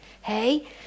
hey